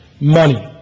Money